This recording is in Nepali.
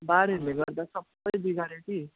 बाढहरूले गर्दा सबै बिगार्यो कि